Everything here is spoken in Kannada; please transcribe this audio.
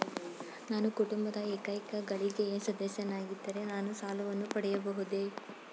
ನಾನು ಕುಟುಂಬದ ಏಕೈಕ ಗಳಿಕೆಯ ಸದಸ್ಯನಾಗಿದ್ದರೆ ನಾನು ಸಾಲವನ್ನು ಪಡೆಯಬಹುದೇ?